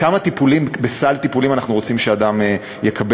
כמה טיפולים בסל טיפולים אנחנו רוצים שאדם יקבל?